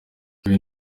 uyu